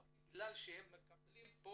לא בגלל שהם מקבלים פה,